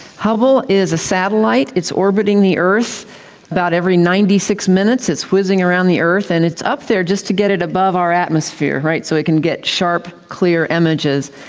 hubble is a satellite, it's orbiting the earth about every ninety six minutes, it's whizzing around the earth and it's up there just to get it above our atmosphere, so it can get sharp, clear images.